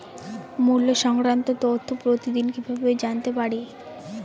মুল্য সংক্রান্ত তথ্য প্রতিদিন কিভাবে জানতে পারি?